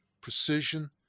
precision